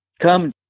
come